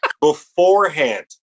beforehand